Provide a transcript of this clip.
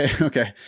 Okay